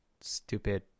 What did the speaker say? stupid